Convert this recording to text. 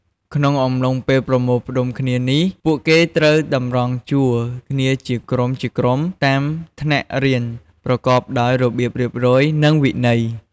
ក្នុងអំឡុងពេលប្រមូលផ្តុំគ្នានេះ ពួកគេត្រូវ តម្រង់ជួរគ្នាជាក្រុមៗតាមថ្នាក់រៀន ប្រកបដោយ របៀបរៀបរយ និងវិន័យ។